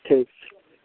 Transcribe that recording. ठीक छै